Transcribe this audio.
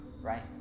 right